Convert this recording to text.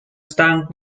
stung